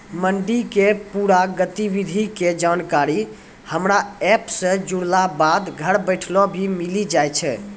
मंडी के पूरा गतिविधि के जानकारी हमरा एप सॅ जुड़ला बाद घर बैठले भी मिलि जाय छै